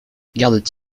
gardent